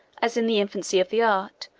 as in the infancy of the art,